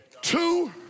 Two